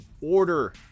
Order